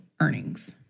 earnings